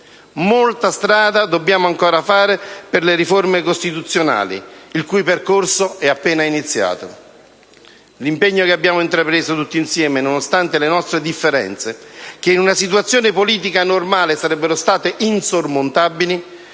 Molta strada dobbiamo ancora fare per le riforme costituzionali, il cui percorso è appena iniziato. L'impegno che abbiamo intrapreso tutti insieme, nonostante le nostre differenze, che in una situazione politica normale sarebbero state insormontabili,